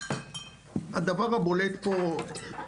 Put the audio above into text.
הדבר הבולט פה, בעיקרון,